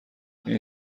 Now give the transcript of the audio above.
این